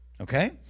Okay